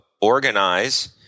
organize